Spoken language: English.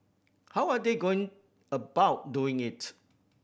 how are they going about doing it